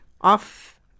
off